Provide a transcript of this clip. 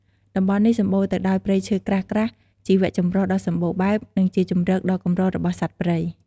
តំបន់នេះសម្បូរទៅដោយព្រៃឈើក្រាស់ៗ ជីវៈចម្រុះដ៏សម្បូរបែប និងជាជម្រកដ៏កម្ររបស់សត្វព្រៃ។